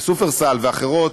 שופרסל ואחרות,